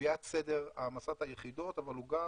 קביעת סדר העמסת היחידות, אבל הוא גם